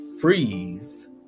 freeze